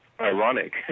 ironic